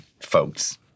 folks